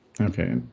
okay